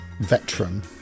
veteran